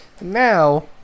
Now